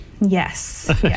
Yes